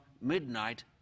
midnight